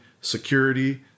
security